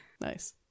Nice